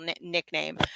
nickname